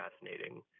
fascinating